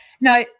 Now